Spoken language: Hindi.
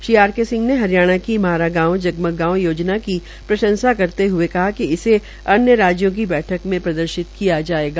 श्री आर के सिंह ने हरियाणा की म्हार गांव जगमग गांव योजना की प्रंशसा करते हए कहा कि इसे राज्यों की बैठक मे प्रर्दशित किया जायेगा